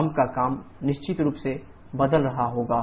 pump का काम निश्चित रूप से बदल रहा होगा